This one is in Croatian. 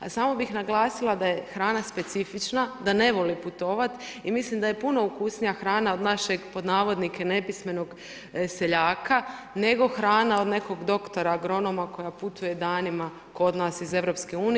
A samo bih naglasila da je hrana specifična, da ne vole putovati i mislim da je puno ukusnija hrana od našeg pod navodnike nepismenog seljaka nego hrana od nekog doktora, agronoma koja putuje danima kod nas iz EU.